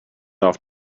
off